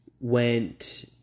went